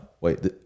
Wait